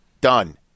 Done